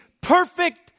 perfect